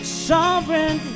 sovereign